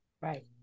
Right